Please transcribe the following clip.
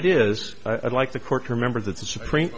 it is i'd like the court or members of the supreme